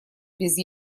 без